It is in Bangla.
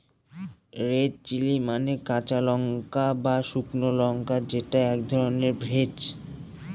রেড চিলি মানে কাঁচা বা শুকনো লঙ্কা যেটা এক ধরনের ভেষজ